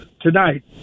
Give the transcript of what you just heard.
tonight